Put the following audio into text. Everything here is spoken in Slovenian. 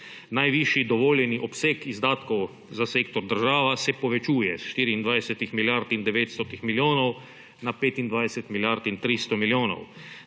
Najvišji dovoljeni obseg izdatkov za sektor država se povečuje s 24 milijard in 900 milijonov na 25 milijard in 300 milijonov,